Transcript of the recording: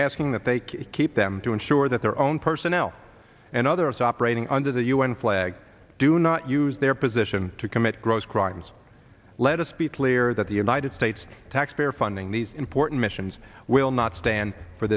asking that they keep them to ensure that their own personnel and others operating under the u n flag do not use their position to commit gross crimes let us be clear that the united states taxpayer funding these important missions will not stand for